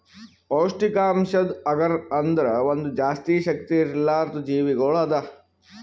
ಪೌಷ್ಠಿಕಾಂಶದ್ ಅಗರ್ ಅಂದುರ್ ಒಂದ್ ಜಾಸ್ತಿ ಶಕ್ತಿ ಇರ್ಲಾರ್ದು ಜೀವಿಗೊಳ್ ಅದಾ